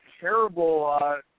terrible –